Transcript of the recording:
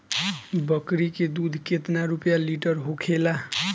बकड़ी के दूध केतना रुपया लीटर होखेला?